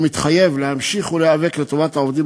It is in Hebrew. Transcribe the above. והוא מתחייב להמשיך ולהיאבק לטובת העובדים